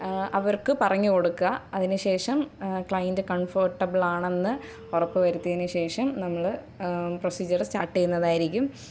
അവർക്ക് പറഞ്ഞുകൊടുക്കുക അതിനുശേഷം ക്ലൈൻ്റ് കംഫേർട്ടബിളാണെന്ന് ഉറപ്പുവരുത്തിയതിനു ശേഷം നമ്മൾ പ്രൊസീജ്യറ് സ്റ്റാർട്ട് ചെയ്യുന്നതായിരിക്കും